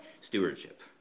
stewardship